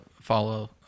follow